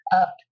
up